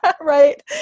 Right